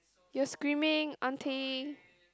you're screaming auntie